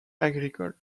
agricole